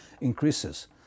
increases